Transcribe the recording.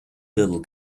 little